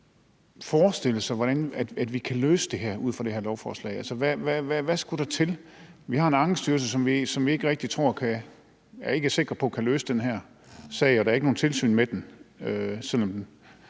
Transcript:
forestille sig, hvordan vi kan løse det her ud fra det her forslag? Altså, hvad skulle der til? Vi har en Ankestyrelse, som vi ikke er sikre på kan løse den her sag, og der er ikke noget tilsyn med den,